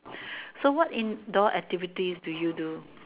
so what indoor activities do you do